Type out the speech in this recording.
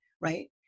Right